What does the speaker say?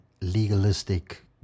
legalistic